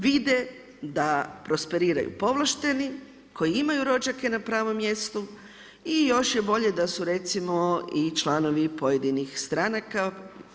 Vide da prosperiraju povlašteni koji imaju rođake na pravom mjestu i još je bolje da su recimo i članovi pojedinih stranaka.